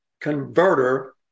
converter